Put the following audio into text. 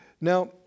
Now